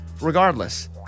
regardless